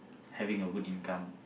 having a good income